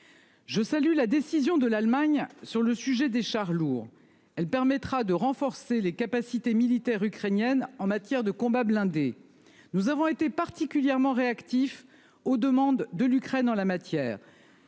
Je salue la décision de l'Allemagne sur le sujet des chars lourds, elle permettra de renforcer les capacités militaires ukrainiennes en matière de combat blindés. Nous avons été particulièrement réactifs aux demandes de l'Ukraine en la matière.